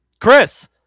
Chris